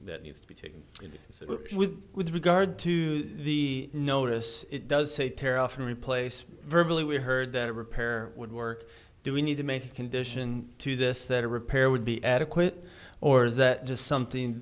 that needs to be taken into with regard to the notice it does say tear off or replace virtually we heard that a repair would work do we need to make a condition to this that a repair would be adequate or is that just something